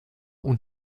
und